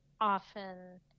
often